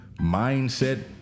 mindset